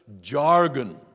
jargon